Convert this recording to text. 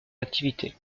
activité